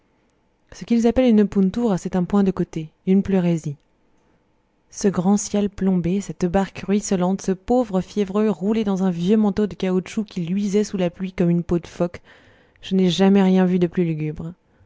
ce qu'ils appellent pountoura c'est un point de côté une pleurésie ce grand ciel plombé cette barque ruisselante ce pauvre fiévreux roulé dans un vieux manteau de caoutchouc qui luisait sous la pluie comme une peau de phoque je n'ai jamais rien vu de plus lugubre